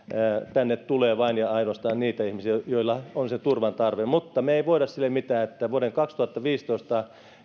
tänne tulee vain ja ainoastaan niitä ihmisiä joilla on turvan tarve mutta me emme voi sille mitään että vuoden kaksituhattaviisitoista